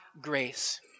grace